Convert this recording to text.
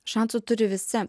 šansų turi visi